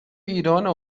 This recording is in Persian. ایرانه